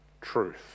truth